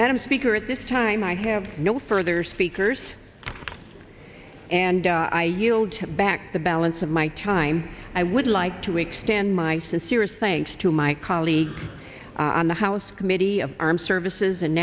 madam speaker at this time i have no further speakers and i yield back the balance of my time i would like to extend my sincere thanks to my colleagues on the house committee of armed services and